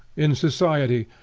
in society,